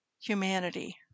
humanity